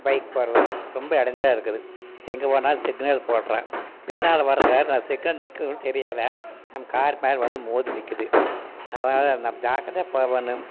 bike போகிறதோ ரொம்ப இடஞ்சலா இருக்குது எங்கே போனாலும் சிக்னல் போடுறாங்க பின்னால் வர காரு நான் சிக்னல் நிக்கிறது கூட தெரியாது நம்ம காரு மேல் வந்து மோதி நிற்குது அதனால் நம்ம ஜாக்கிரதையாக போகணும்